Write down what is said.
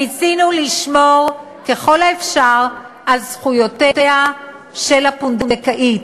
ניסינו לשמור ככל האפשר על זכויותיה של הפונדקאית,